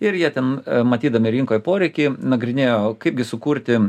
ir jie ten matydami rinkoj poreikį nagrinėjo kaipgi sukurti